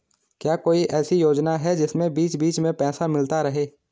क्या कोई ऐसी योजना है जिसमें बीच बीच में पैसा मिलता रहे?